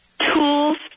Tools